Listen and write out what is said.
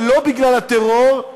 ולא בגלל הטרור,